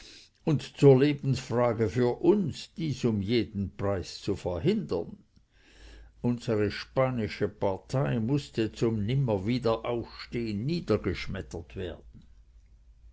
und zur lebensfrage für uns dies um jeden preis zu verhindern unsere spanische partei mußte zum nimmerwiederaufstehn niedergeschmettert werden